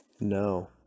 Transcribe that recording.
No